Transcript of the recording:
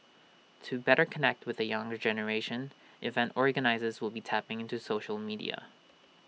to better connect with the younger generation event organisers will be tapping into social media